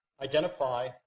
identify